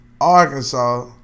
Arkansas